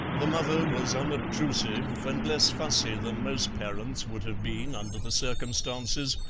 the mother was unobtrusive and less fussy than most parents would have been under the circumstances,